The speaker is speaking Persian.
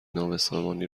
نابسامانی